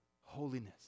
holiness